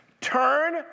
turn